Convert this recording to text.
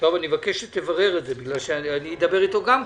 אני מבקש שתברר את זה ואני אדבר איתו גם כן,